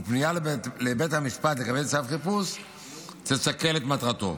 ופנייה לבית המשפט לקבל צו חיפוש תסכל את מטרתו.